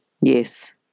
Yes